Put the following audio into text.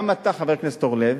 גם אתה, חבר הכנסת אורלב,